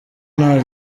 nta